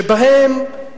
שבהן,